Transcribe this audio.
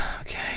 Okay